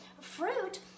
fruit